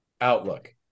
outlook